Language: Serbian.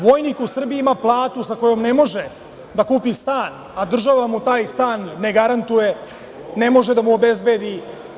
Vojnik u Srbiji ima platu sa kojom ne može da kupi stan, a država mu taj stan ne garantuje, ne može da mu obezbedi.